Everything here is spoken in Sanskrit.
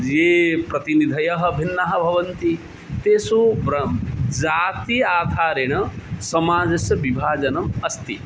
ये प्रतिनिधयः भिन्नाः भवन्ति तेषु ब्रं जात्याः आधारेण समाजस्य विभाजनम् अस्ति